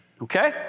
Okay